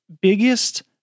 biggest